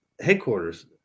headquarters